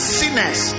sinners